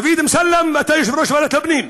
דוד אמסלם, אתה יושב-ראש ועדת הפנים.